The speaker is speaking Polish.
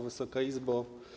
Wysoka Izbo!